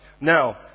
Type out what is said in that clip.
Now